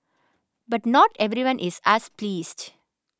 but not everyone is as pleased